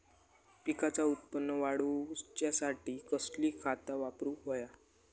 पिकाचा उत्पन वाढवूच्यासाठी कसली खता वापरूक होई?